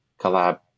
collab